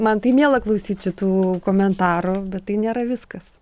man tai miela klausyt šitų komentarų bet tai nėra viskas